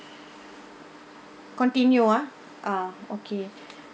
continue ah ah okay